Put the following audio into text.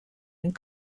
and